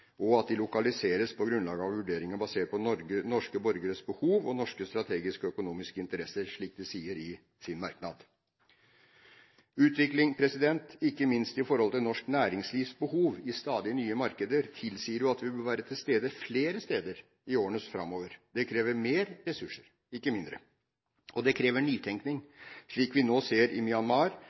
og at de lokaliseres på grunnlag av vurderinger basert på norske borgeres behov og norske strategiske og økonomiske interesser, slik de sier i sin merknad. Utviklingen ikke minst sett i forhold til norsk næringslivs behov i stadig nye markeder, tilsier at vi bør være til stede flere steder i årene framover. Det krever mer ressurser, ikke mindre, og det krever nytenkning, slik vi nå ser i Myanmar,